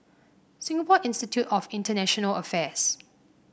Singapore Institute of International Affairs